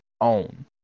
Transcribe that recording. own